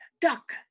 duck